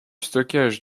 stockage